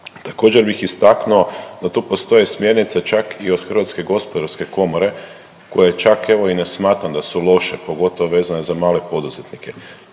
Također bih istaknuo da tu postoje smjernice čak i od HGK koje čak evo i ne smatram da su loše, pogotovo vezane za male poduzetnike.